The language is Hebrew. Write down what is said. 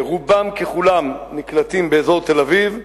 רובם ככולם נקלטים באזור תל-אביב,